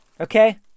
Okay